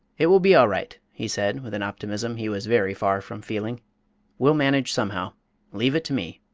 it will be all right, he said, with an optimism he was very far from feeling we'll manage somehow leave it to me.